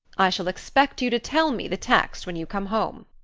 i shall expect you to tell me the text when you come home.